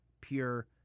pure